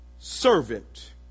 servant